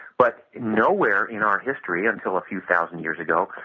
but nowhere in our history until a few thousand years ago,